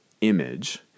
image